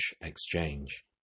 exchange